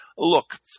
Look